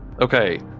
Okay